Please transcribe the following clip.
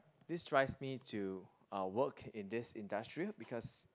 this drives me to uh work in this industry because